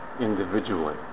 individually